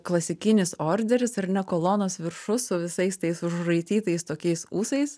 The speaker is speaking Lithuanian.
klasikinis orderis ar ne kolonos viršus su visais tais užraitytais tokiais ūsais